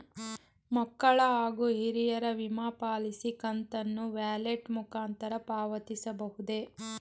ಮಕ್ಕಳ ಹಾಗೂ ಹಿರಿಯರ ವಿಮಾ ಪಾಲಿಸಿ ಕಂತನ್ನು ವ್ಯಾಲೆಟ್ ಮುಖಾಂತರ ಪಾವತಿಸಬಹುದೇ?